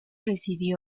residió